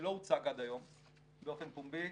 שלא הוצג עד היום באופן פומבי,